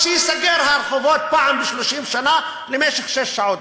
אז שייסגרו הרחובות פעם ב-30 שנה למשך שש שעות,